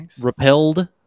repelled